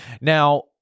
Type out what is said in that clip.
Now